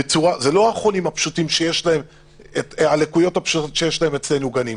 זה לא הלקויות הפשוטות, שיש אצלנו גנים.